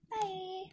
bye